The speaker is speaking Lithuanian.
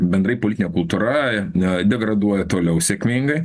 bendrai politinė kultūra degraduoja toliau sėkmingai